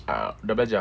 ah sudah belajar